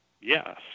Yes